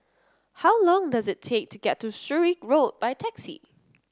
how long does it take to get to Surrey Road by taxi